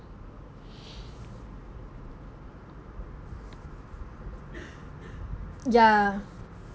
ya